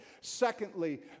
Secondly